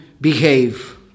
behave